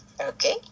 okay